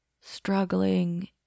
struggling